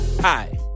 Hi